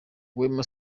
wema